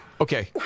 okay